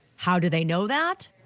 how do they know that?